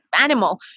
animal